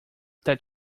that